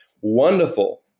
wonderful